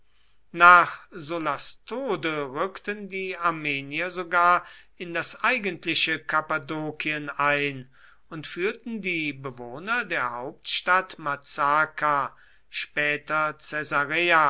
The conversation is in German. nach sullas tode rückten die armenier sogar in das eigentliche kappadokien ein und führten die bewohner der hauptstadt